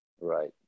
Right